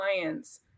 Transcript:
clients